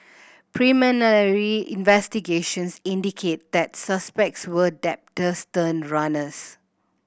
investigations indicated that the suspects were debtors turned runners